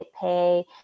pay